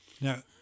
Now